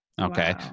okay